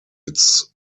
its